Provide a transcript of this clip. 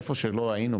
איפה שלא היינו,